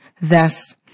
Thus